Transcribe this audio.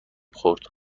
خورد